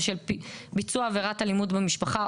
בשל ביצוע עבירת אלימות במשפחה,